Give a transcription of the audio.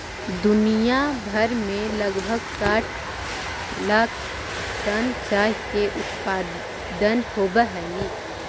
दुनिया भर में लगभग साठ लाख टन चाय के उत्पादन होब हई